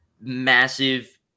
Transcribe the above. massive